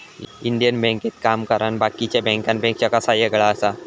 Indian बँकेत काम करना बाकीच्या बँकांपेक्षा कसा येगळा आसा?